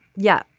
yeah.